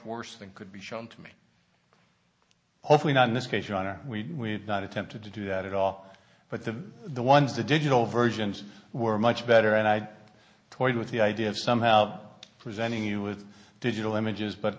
worse than could be shown to me hopefully not in this case your honor we not attempted to do that at all but the the ones the digital versions were much better and i toyed with the idea of somehow presenting you with digital images but